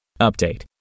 Update